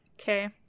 Okay